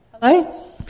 Hello